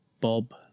Bob